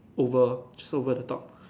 over true over the top